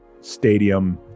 stadium